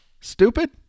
Stupid